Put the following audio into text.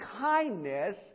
kindness